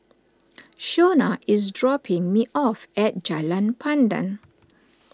Shona is dropping me off at Jalan Pandan